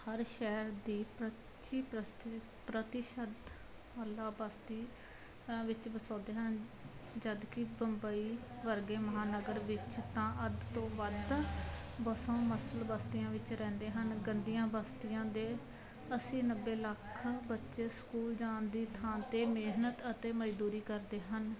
ਹਰ ਸ਼ਹਿਰ ਦੀ ਪੱਚੀ ਪ੍ਰਤੀ ਪ੍ਰਤੀਸ਼ਤ ਅੱਲਾਹ ਬਸਤੀਆਂ ਵਿੱਚ ਵਸੌਂਦੇ ਹਨ ਜਦੋਂਕਿ ਬੰਬਈ ਵਰਗੇ ਮਹਾਂਨਗਰ ਵਿੱਚ ਤਾਂ ਅੱਧ ਤੋਂ ਵੱਧ ਵਸੋਂ ਮਸਲ ਬਸਤੀਆਂ ਵਿੱਚ ਰਹਿੰਦੇ ਹਨ ਗੰਦੀਆਂ ਬਸਤੀਆਂ ਦੇ ਅੱਸੀ ਨੱਬੇ ਲੱਖ ਬੱਚੇ ਸਕੂਲ ਜਾਣ ਦੀ ਥਾਂ 'ਤੇ ਮਿਹਨਤ ਅਤੇ ਮਜ਼ਦੂਰੀ ਕਰਦੇ ਹਨ